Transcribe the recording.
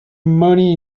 money